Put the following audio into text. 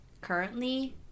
currently